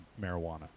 marijuana